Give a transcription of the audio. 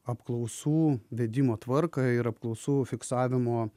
apklausų vedimo tvarką ir apklausų fiksavimo